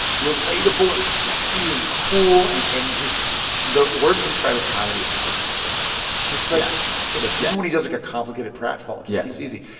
relatable and sexy and cool and and just the word to describe his comedy is just, like, effortless. just like. yes. effortless. even when he does like a complicated pratfall, it just yeah seems easy.